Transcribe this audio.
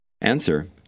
Answer